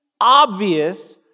obvious